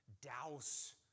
douse